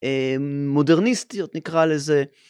מודרניסטיות נקרא לזה.